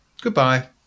Goodbye